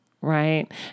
right